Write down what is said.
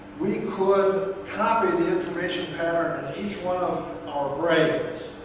we could copy the information pattern in each one of our brains.